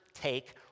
take